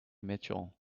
mitchell